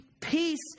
peace